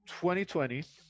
2020